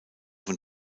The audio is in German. von